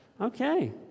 Okay